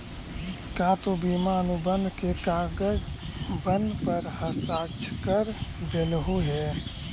का तु बीमा अनुबंध के कागजबन पर हस्ताक्षरकर देलहुं हे?